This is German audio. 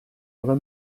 oder